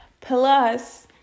plus